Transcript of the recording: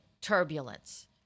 turbulence